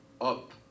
up